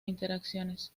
interacciones